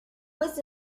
was